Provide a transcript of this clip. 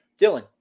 Dylan